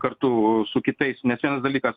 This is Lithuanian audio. kartu su kitais nes vienas dalykas